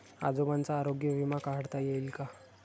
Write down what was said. आजोबांचा आरोग्य विमा काढता येईल का?